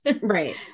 right